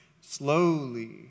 slowly